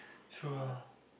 true lah